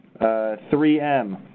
3M